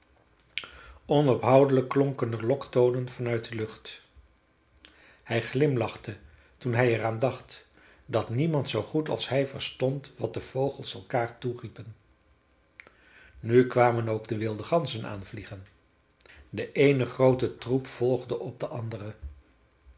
onophoudelijk klonken er loktonen vanuit de lucht hij glimlachte toen hij er aan dacht dat niemand zoo goed als hij verstond wat de vogels elkaar toeriepen nu kwamen ook de wilde ganzen aanvliegen de eene groote troep volgde op den anderen